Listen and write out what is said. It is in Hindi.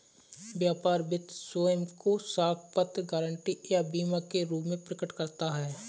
व्यापार वित्त स्वयं को साख पत्र, गारंटी या बीमा के रूप में प्रकट करता है